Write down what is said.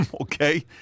okay